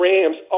Rams